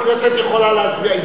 הכנסת יכולה להצביע,